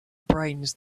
brains